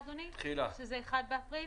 סעיף התחילה, אדוני, זה ב-1 באפריל?